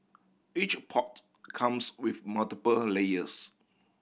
each pot comes with multiple a layers